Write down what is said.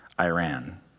Iran